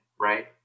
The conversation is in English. right